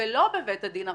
ולא בבית הדין הרבני,